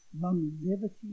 longevity